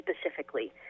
specifically